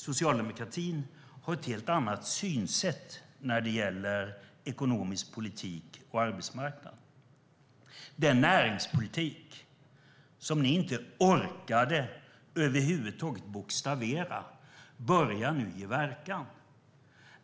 Socialdemokratin har ett helt annat synsätt när det gäller ekonomisk politik och arbetsmarknad. Den näringspolitik som ni över huvud taget inte orkade bokstavera börjar nu ge verkan.